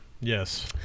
Yes